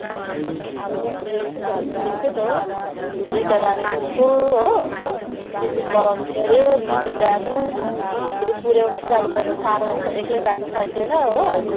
हजुर मेरो पनि घरमा त्यस्तै त हो दुईवटा नानी स्कुल हो टिफिन बनाउनु पऱ्यो लिनु जानु फेरि पुऱ्याउनु पनि जानुपर्छ सानो एक्लै जानु सक्दैन हो